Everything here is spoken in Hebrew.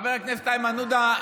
חבר הכנסת איימן עודה,